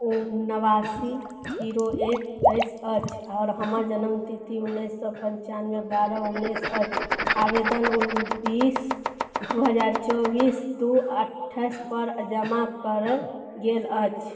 ओ नवासी जीरो एक बाइस अछि आओर हमर जन्मतिथि उनैस सओ पनचानवे बारह उनैस अछि आवेदन बीस दुइ हजार चौबिस दुइ अट्ठाइसपर जमा करल गेल अछि